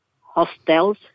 hostels